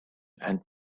and